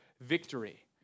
victory